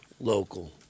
local